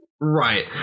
Right